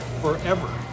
forever